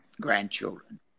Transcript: grandchildren